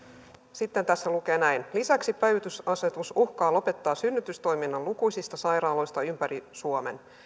sitten tässä lukee näin lisäksi päivystysasetus uhkaa lopettaa synnytystoiminnan lukuisista sairaaloista ympäri suomen